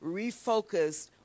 refocused